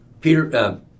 Peter